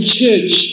church